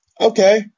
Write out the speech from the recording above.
Okay